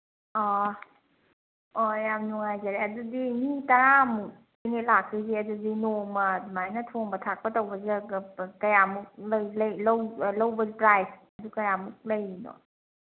ꯑꯥ ꯑꯣ ꯌꯥꯝ ꯅꯨꯡꯉꯥꯏꯖꯔꯦ ꯑꯗꯨꯗꯤ ꯃꯤ ꯇꯔꯥꯃꯨꯛꯅꯦ ꯂꯥꯛꯇꯣꯏꯁꯦ ꯑꯗꯨꯗꯤ ꯅꯣꯡꯃ ꯑꯗꯨꯃꯥꯏꯅ ꯊꯣꯡꯕ ꯊꯥꯛꯄ ꯇꯧꯕꯁꯤꯗ ꯀꯌꯥꯃꯨꯛ ꯂꯧꯕ ꯄ꯭ꯔꯥꯁꯇꯨ ꯀꯌꯥꯃꯨꯛ ꯂꯩꯔꯤꯅꯣ